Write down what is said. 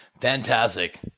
Fantastic